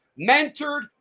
mentored